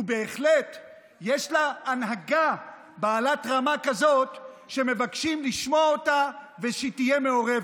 ובהחלט יש לה הנהגה בעלת רמה כזאת שמבקשים לשמוע אותה ושתהיה מעורבת.